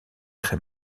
très